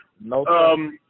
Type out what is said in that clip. No